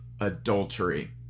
adultery